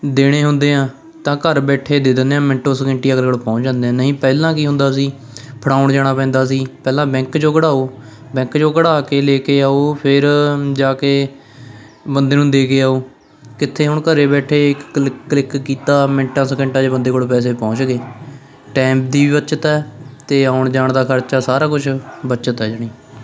ਦੇਣੇ ਹੁੰਦੇ ਹਾਂ ਤਾਂ ਘਰ ਬੈਠੇ ਦੇ ਦਿੰਦੇ ਹਾਂ ਮਿੰਟੋ ਸਕਿੰਟੀ ਅਗਲੇ ਕੋਲ ਪਹੁੰਚ ਜਾਂਦੇ ਨਹੀਂ ਪਹਿਲਾਂ ਕੀ ਹੁੰਦਾ ਸੀ ਫੜਾਉਣ ਜਾਣਾ ਪੈਂਦਾ ਸੀ ਪਹਿਲਾਂ ਬੈਂਕ 'ਚੋ ਕਢਾਓ ਬੈਂਕ 'ਚੋ ਕਢਾ ਕੇ ਲੈ ਕੇ ਆਓ ਫਿਰ ਜਾ ਕੇ ਬੰਦੇ ਨੂੰ ਦੇ ਕੇ ਆਓ ਕਿੱਥੇ ਹੁਣ ਘਰੇ ਬੈਠੇ ਇੱਕ ਕਲਿੱ ਕਲਿੱਕ ਕੀਤਾ ਮਿੰਟਾਂ ਸਕਿੰਟਾਂ 'ਚ ਬੰਦੇ ਕੋਲ ਪੈਸੇ ਪਹੁੰਚ ਗਏ ਟਾਈਮ ਦੀ ਵੀ ਬੱਚਤ ਹੈ ਅਤੇ ਆਉਣ ਜਾਣ ਦਾ ਖਰਚਾ ਸਾਰਾ ਕੁਛ ਬੱਚਤ ਹੈ ਜਾਣੀ